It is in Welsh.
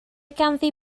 ganddi